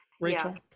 Rachel